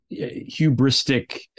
hubristic